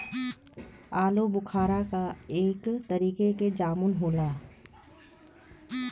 आलूबोखारा एक तरीके क जामुन होला